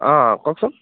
অ' কওকচোন